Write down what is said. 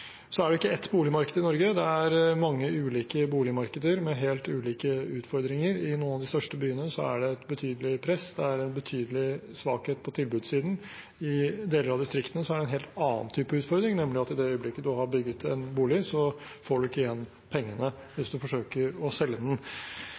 Det er ikke ett boligmarked i Norge, det er mange ulike boligmarkeder med helt ulike utfordringer. I noen av de største byene er det et betydelig press, det er en betydelig svakhet på tilbudssiden. I deler av distriktene er det en helt annen type utfordring, nemlig at i det øyeblikket man har bygget en bolig, får man ikke igjen pengene